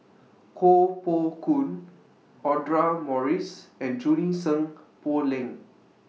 Koh Poh Koon Audra Morrice and Junie Sng Poh Leng